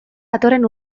datorren